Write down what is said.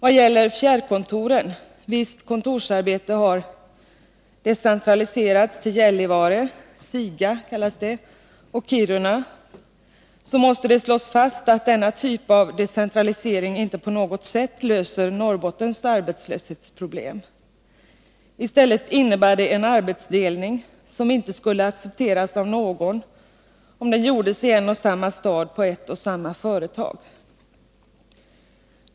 Vad gäller fjärrkontoren, där visst kontorsarbete har decentraliserats till Gällivare — SIGA — och Kiruna, måste det slås fast att denna typ av decentralisering inte på något sätt löser Norrbottens arbetslöshetsproblem. I stället innebär det en arbetsdelning, som inte skulle accepteras av någon om den gjordes i en och samma stad på ett och samma företag.